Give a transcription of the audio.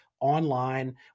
online